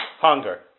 hunger